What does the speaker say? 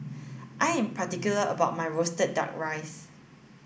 I am particular about my roasted duck rice